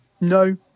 no